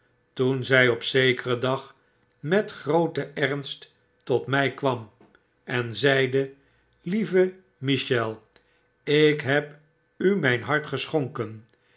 toen zy op zekeren dag met grooten ernst tot my kwam en zeide lieve michel ik heb u mijn hart geschonken